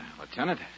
Lieutenant